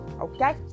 okay